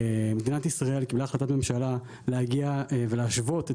מדינת ישראל קיבלה החלטת ממשלה להגיע ולהשוות את